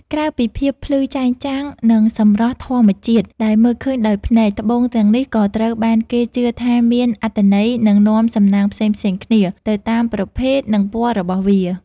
ក្រៅពីភាពភ្លឺចែងចាំង និងសម្រស់ធម្មជាតិដែលមើលឃើញដោយភ្នែក ត្បូងទាំងនេះក៏ត្រូវបានគេជឿថាមាន អត្ថន័យ និងនាំសំណាងផ្សេងៗគ្នា ទៅតាមប្រភេទ និងពណ៌របស់វា។